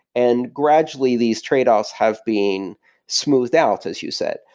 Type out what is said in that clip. and gradually, these tradeoffs have been smoothed out, as you said,